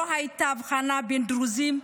לא הייתה הבחנה בין דרוזים,